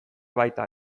baita